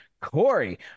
Corey